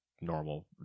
normal